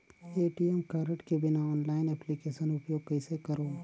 ATM card के बिना online application उपयोग कइसे करो?